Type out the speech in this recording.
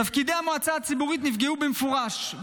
תפקידי המועצה הציבורית נפגעו במפורש,